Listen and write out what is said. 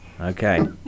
Okay